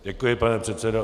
Děkuji, pane předsedo.